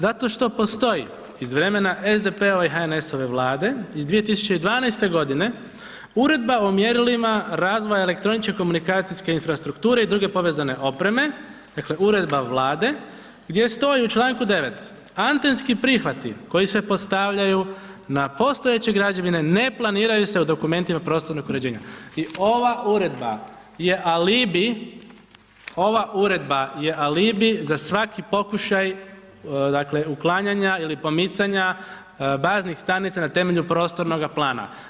Zato što postoji iz vremena SDP-ove i HNS-ove Vlade iz 2012.g. Uredba o mjerilima razvoja elektroničke komunikacijske infrastrukture i druge povezane opreme, dakle, Uredba Vlade gdje stoji u čl. 9. antenski prihvati koji se postavljaju na postojeće građevine, ne planiraju se u dokumentima prostornog uređenja i ova uredba je alibi, ova uredba je alibi za svaki pokušaj, dakle, uklanjanja ili pomicanja baznih stanica na temelju prostornoga plana.